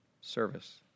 service